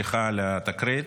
סליחה על התקרית.